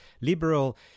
liberal